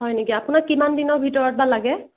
হয় নেকি আপোনাক কিমান দিনৰ ভিতৰত বা লাগে